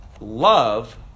love